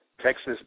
Texas